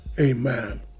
amen